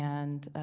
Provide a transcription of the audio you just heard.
and